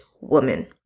woman